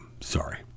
Sorry